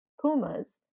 pumas